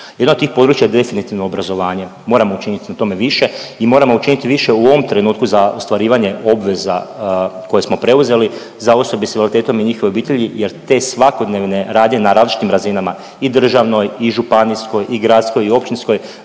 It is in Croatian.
Jedno od tih područja je definitivno obrazovanje i moramo učiniti na tome više i moramo učiniti više u ovom trenutku za ostvarivanje obveza koje smo preuzeli za osobe s invaliditetom i njihove obitelji jer te svakodnevne radnje na različitim razinama, i državnoj i županijskoj i gradskoj i općinskoj